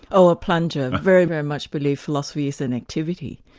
oh, a plunger. i very, very much believe philosophy is an activity,